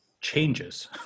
changes